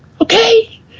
Okay